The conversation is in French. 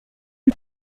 lui